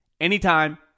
anytime